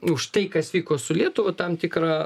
už tai kas vyko su lietuva tam tikrą